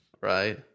Right